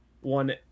one